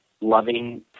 loving